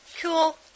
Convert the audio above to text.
cool